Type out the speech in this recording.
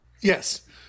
Yes